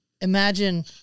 imagine